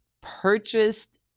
purchased